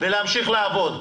ולהמשיך לעבוד.